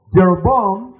Jeroboam